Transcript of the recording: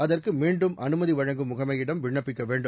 அதற்கு மீண்டும் அனுமதி வழங்கும் முகமையிடம் விண்ணப்பிக்க வேண்டும்